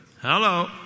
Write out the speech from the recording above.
Hello